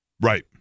Right